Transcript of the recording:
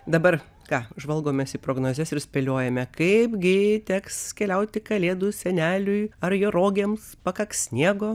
dabar ką žvalgomės į prognozes ir spėliojame kaip gi teks keliauti kalėdų seneliui ar jo rogėms pakaks sniego